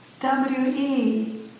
W-E